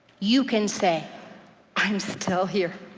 you can say i'm still here.